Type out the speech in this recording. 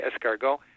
escargot